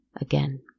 again